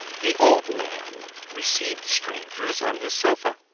the old man received the strangers on his sofa,